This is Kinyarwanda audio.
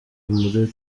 muri